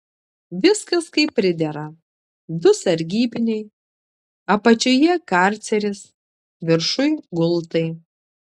viskas kaip pridera du sargybiniai apačioje karceris viršuj gultai